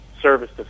service